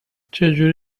چهجوری